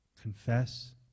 confess